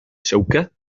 شوكة